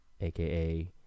aka